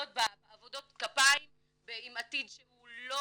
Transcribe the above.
בעבודות כפיים עם עתיד שהוא לא